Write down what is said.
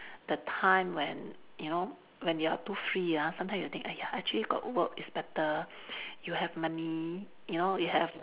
the time when you know when you are too free ah sometimes you think !aiya! actually got work is better you have money you know you have